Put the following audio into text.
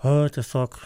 a tiesiog